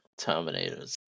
Terminators